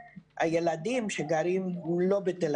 הילדים שלי המבוגרים שגרים לא בתל